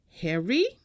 Harry